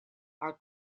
are